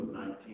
19